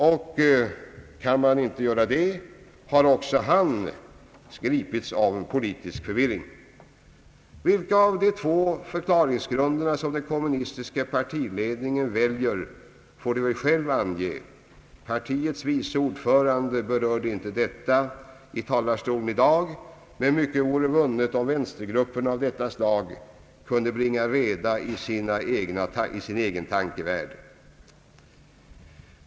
Och kan man inte göra det, har också han gripits av politisk förvirring. Vilken av de två förklaringsgrunderna som den kommunistiska partiledningen väljer får den själv ange. Partiets vice ordförande berörde inte detta i talarstolen här i dag, men mycket vore vunnet om vänstergrupperna av detta slag kunde bringa reda i sin egen tankevärld.